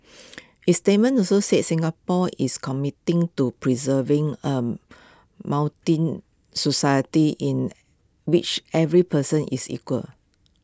its statement also said Singapore is committing to preserving A moulting society in which every person is equal